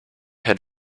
had